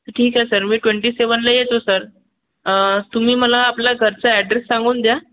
तर ठीक आहे सर मी ट्वेंटी सेवनला येतो सर तुम्ही मला आपल्या घरचा ॲड्रेस सांगून द्या